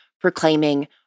proclaiming